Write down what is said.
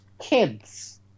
Kids